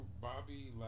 Bobby